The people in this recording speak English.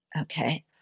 Okay